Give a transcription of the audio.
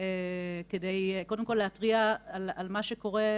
כדי קודם כל להתריע על מה שקורה,